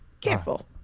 Careful